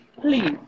Please